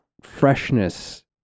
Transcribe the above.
freshness